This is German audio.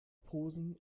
posen